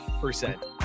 percent